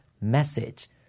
message